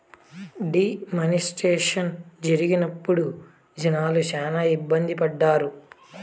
D మానిస్ట్రేషన్ జరిగినప్పుడు జనాలు శ్యానా ఇబ్బంది పడ్డారు